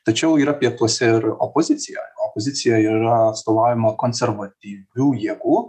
tačiau yra pietuose ir opozicija opozicija yra atstovaujama konservatyvių jėgų